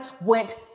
went